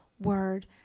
word